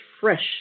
fresh